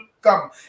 come